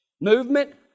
Movement